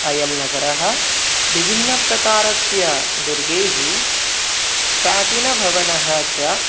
अयं नगरं विभिन्नप्रकारस्य दुर्गैः प्राचीनभवनं च